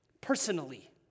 personally